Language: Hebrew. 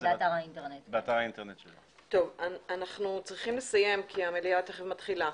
אנחנו צריכים לסיים, כי המליאה תיכף מתחילה.